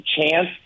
chance